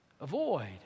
avoid